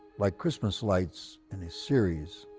like christmas lights and a series.